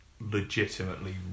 legitimately